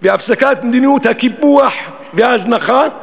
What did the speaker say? והפסקת מדיניות הקיפוח וההזנחה,